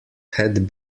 had